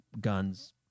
guns